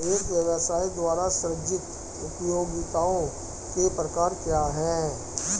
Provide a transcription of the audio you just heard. एक व्यवसाय द्वारा सृजित उपयोगिताओं के प्रकार क्या हैं?